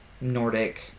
Nordic